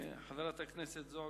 חברת הכנסת זועבי,